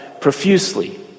profusely